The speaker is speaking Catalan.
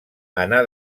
anà